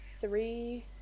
three